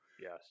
Yes